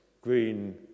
green